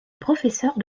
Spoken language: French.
professeur